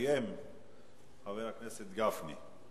יסיים חבר הכנסת גפני.